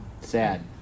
sad